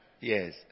Yes